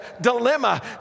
dilemma